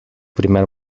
primer